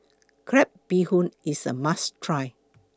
Crab Bee Hoon IS A must Try